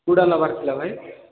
କେଉଁଟା ନେବାର ଥିଲା ଭାଇ